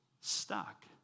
stuck